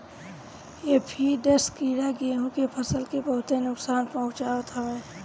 aphids कीड़ा गेंहू के फसल के बहुते नुकसान पहुंचावत हवे